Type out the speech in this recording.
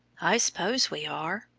i s'pose we are,